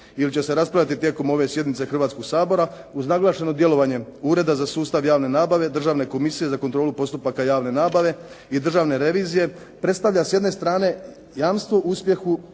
ili će se raspravljati tijekom ove sjednice Hrvatskoga sabora, uz naglašeno djelovanje Ureda za sustav javne nabave, Državne komisije za kontrolu postupaka javne nabave i Državne revizije predstavlja s jedne strane jamstvo uspjehu